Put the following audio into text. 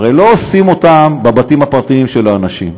הרי לא עושים אותן בבתים הפרטיים של האנשים,